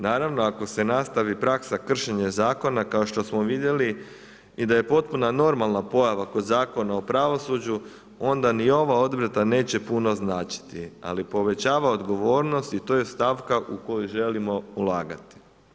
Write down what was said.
Naravno, ako se nastavi praksa kršenja zakona kao što smo vidjeli i da je potpuna normalna pojava kod Zakona o pravosuđu, onda ni ova odredba neće puno značiti, ali povećava odgovornost i to je stavka u koju želimo ulagati.